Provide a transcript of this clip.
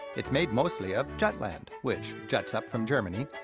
it's made mostly of jutland, which juts up from germany,